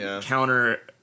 counter